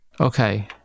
Okay